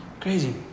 Crazy